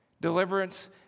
deliverance